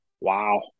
Wow